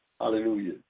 Hallelujah